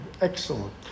Excellent